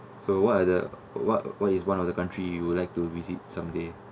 so what other what what is one of the country you would like to visit someday